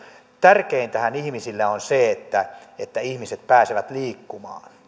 tärkeintähän ihmisille on se että että ihmiset pääsevät liikkumaan